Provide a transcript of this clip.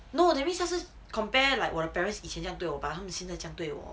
no that means 他是 compare like 我的 parents 以前这样对我把他们现在这样对我